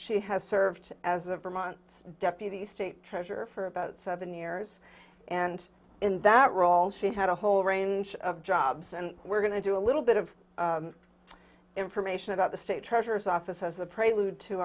she has served as a vermont deputy state treasurer for about seven years and in that role she had a whole range of jobs and we're going to do a little bit of information about the state treasurer's office as a prelude to